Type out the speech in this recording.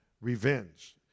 revenge